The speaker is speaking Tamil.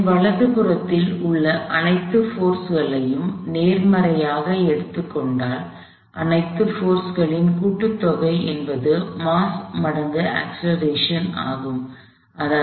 என் வலதுபுறத்தில் உள்ள அனைத்து போர்ஸ்களையும் நேர்மறையாக எடுத்துக் கொண்டால் அனைத்து போர்ஸ்களின் கூட்டுத்தொகை என்பது மாஸ் மடங்கு அக்ஸ்லெரேஷன் ஆகும் அதாவது